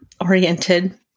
oriented